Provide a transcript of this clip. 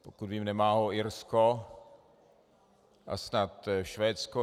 Pokud vím, nemá ho Irsko a snad Švédsko.